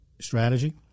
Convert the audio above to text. strategy